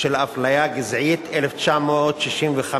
של אפליה גזעית, 1965,